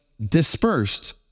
dispersed